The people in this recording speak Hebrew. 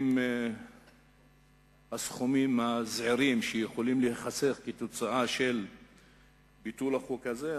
עם הסכומים הזעירים שיכולים להיחסך מביטול החוק הזה,